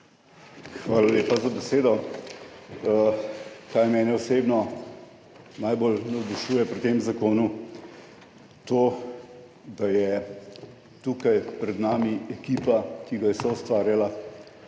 Hvala lepa za besedo. Kaj mene osebno najbolj navdušuje pri tem zakonu? To, da je tukaj pred nami ekipa, ki ga je soustvarjala,